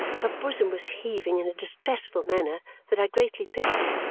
her bosom was heaving in a distressful manner that i greatly pitied,